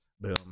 boom